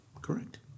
Correct